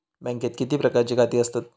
बँकेत किती प्रकारची खाती आसतात?